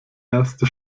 erste